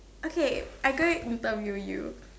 okay I go and interview you